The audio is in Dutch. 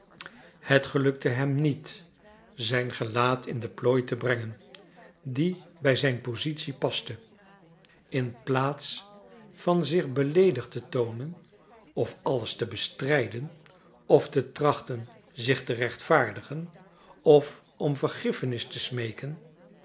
het gelukte hem niet zijn gelaat in de plooi te brengen die bij zijn positie paste in plaats van zich beleedigd te toonen of alles te bestrijden of te trachten zich te rechtvaardigen of om vergiffenis te smeeken